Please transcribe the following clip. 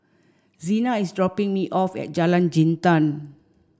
Zena is dropping me off at Jalan Jintan